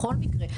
בכל מקרה,